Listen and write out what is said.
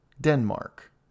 Denmark